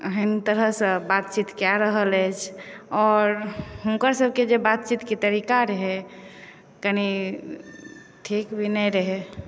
एहन तरहसँ बातचीत कए रहल अछि आओर हुनकर सभकेँ जे बातचीतकेँ तरीका रहै कनि ठीक भी नहि रहै